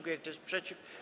Kto jest przeciw?